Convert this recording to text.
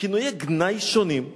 בכינויי גנאי שונים.